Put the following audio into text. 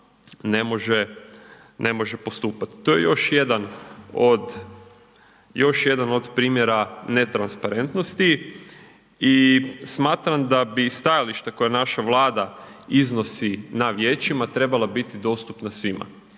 ne može postupati. To je još jedan od primjera netransparentnosti. I smatram da bi stajalište koja naša Vlada iznosi na Vijećima trebala biti dostupna svima.